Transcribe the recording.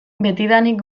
betidanik